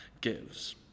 gives